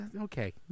okay